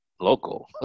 local